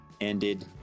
ended